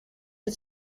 het